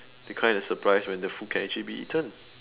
be kind of surprised when the food can actually be eaten